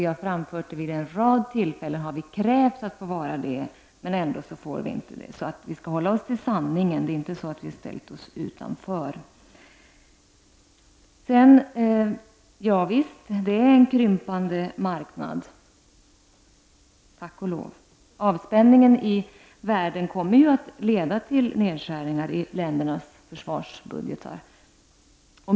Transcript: Vi har framfört detta önskemål, och vid en rad tillfällen har vi dessutom krävt att få vara med. Men det går ändå inte. Vi skall hålla oss till sanningen, och vad som då gäller är alltså att vi inte har ställt oss utanför här. Ja, visst handlar det om en krympande marknad, tack och lov! Avspänningen i världen kommer att leda till nedskärningar i ländernas försvarsbudgetar.